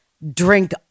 Drink